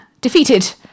defeated